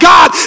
God